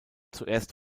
zuerst